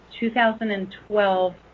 2012